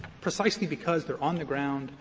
precisely because they're on the ground,